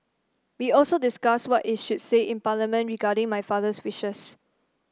we also discussed what is should say in Parliament regarding my father's wishes